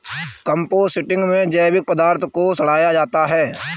composting में जैविक पदार्थ को सड़ाया जाता है